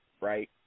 right